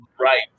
Right